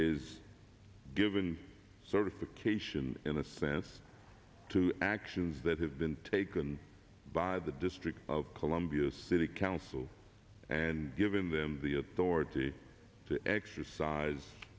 is given certification in a sense to actions that have been taken by the district of columbia city council and given them the authority to exercise